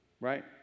Right